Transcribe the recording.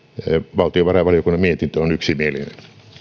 valtiovarainvaliokunnan mietintö on yksimielinen